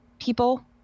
people